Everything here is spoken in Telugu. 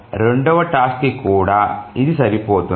రెండవ టాస్క్ కి కూడా ఇది సరిపోతుంది